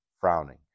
frowning